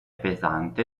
pesante